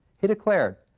he declared,